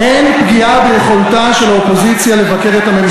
תתנגד לה?